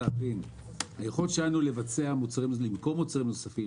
היכולת שלנו למכור מוצרים נוספים,